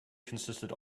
consisted